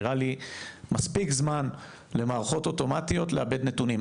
נראה לי מספיק זמן למערכות אוטומטיות לעבד נתונים.